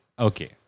Okay